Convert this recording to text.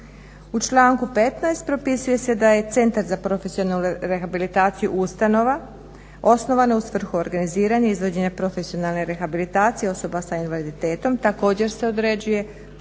U članku 15. propisuje se da je Centar za profesionalnu rehabilitaciju ustanova osnovano u svrhu organiziranja i izvođenja profesionalne rehabilitacije osoba s invaliditetom. Također se određuje tko